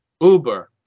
Uber